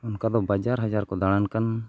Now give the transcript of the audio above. ᱚᱱᱟ ᱫᱚ ᱵᱟᱡᱟᱨ ᱦᱟᱡᱟᱨ ᱠᱚ ᱫᱟᱬᱟᱱ ᱠᱟᱱ